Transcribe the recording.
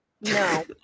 no